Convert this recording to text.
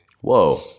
Whoa